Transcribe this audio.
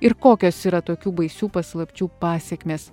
ir kokios yra tokių baisių paslapčių pasekmės